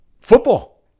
Football